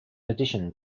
addition